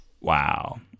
Wow